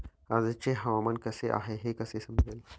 आजचे हवामान कसे आहे हे कसे समजेल?